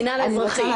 המינהל האזרחי.